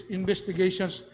investigations